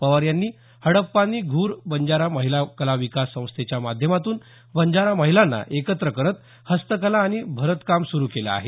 पवार यांनी हडप्पानी घुर बंजारा महिला कला विकास संस्थेच्या माध्यमातून बंजारा महिलांना एकत्र करत हस्तकला आणि भरत काम सुरु केलं आहे